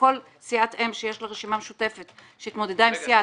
בכל סיעת אם שיש לה רשימה משותפת שהתמודדה עם סיעה